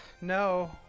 No